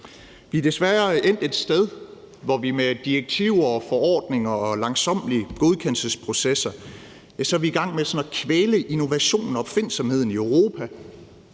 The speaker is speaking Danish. Vi er desværre endt et sted, hvor vi med direktiver og forordninger og langsommelige godkendelsesprocesser er i gang med at kvæle innovationen og opfindsomheden i Europa.